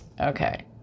okay